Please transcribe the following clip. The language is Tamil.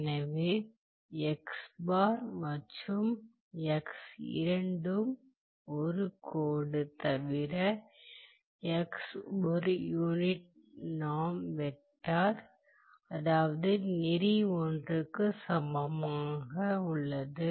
எனவே மற்றும் இரண்டும் ஒரு கோடு தவிர ஒரு யூனிட் நார்ம் வெக்டர் அதாவது நெறி ஒன்றுக்குச் சமமான உள்ளது